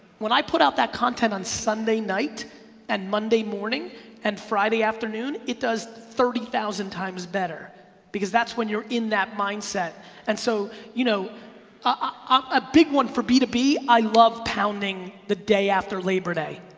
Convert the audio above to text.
when i put out that content on sunday night and monday morning and friday afternoon, it does thirty thousand times better because that's when you're in that mindset and so you know a big one for b to b. i love pounding the day after labor day.